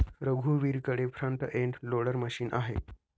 रघुवीरकडे front end loader machine आहे